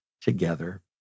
together